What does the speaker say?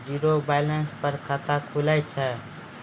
Zero balance पर खाता खुले छै?